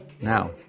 now